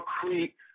concrete